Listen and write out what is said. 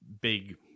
big